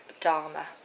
Dharma